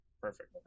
Perfect